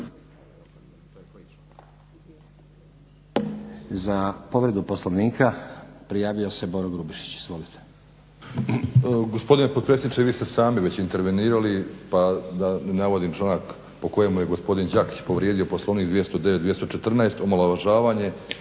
Za povredu Poslovnika prijavio se Boro Grubišić. Izvolite. **Grubišić, Boro (HDSSB)** Gospodine potpredsjedniče i vi ste sami već intervenirali, pa da ne navodim članak po kojemu je gospodin Đakić povrijedio Poslovnik 209., 214. omalovažavanje